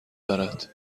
دارد